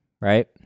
right